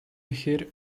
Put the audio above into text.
ихээр